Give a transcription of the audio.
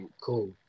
cool